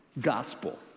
gospel